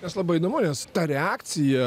nes labai įdomu nes ta reakcija